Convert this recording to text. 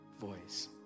voice